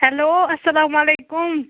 hello اَسلامُ علیکُم